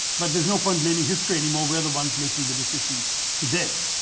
but there's no point blaming history anymore. we're the ones making the decisions today.